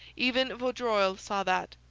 even vaudreuil saw that.